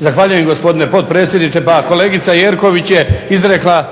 Zahvaljujem gospodine potpredsjedniče. Pa kolegica Jerković je izrekla